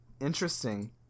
interesting